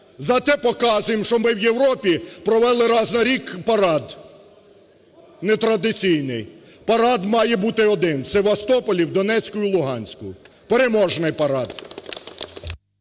зате показуємо, що ми в Європі, провели раз на рік парад нетрадиційний. Парад має бути один в Севастополі, в Донецьку і Луганську – переможний парад.